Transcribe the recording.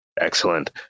excellent